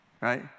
Right